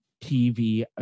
tv